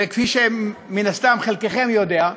וכפי שמן הסתם חלקכם יודע,